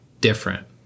different